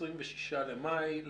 ב-26 למאי.